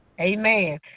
Amen